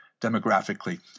demographically